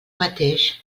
mateix